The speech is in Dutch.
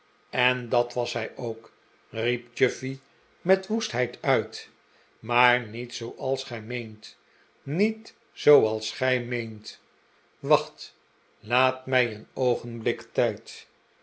en dat was hij ook riep chuffey met woestheid uit maar niet zooals gij meent niet zooals gij meent wacht laat mij een oogenblik tijd